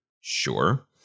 Sure